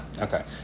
Okay